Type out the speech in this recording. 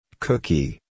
cookie